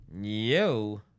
Yo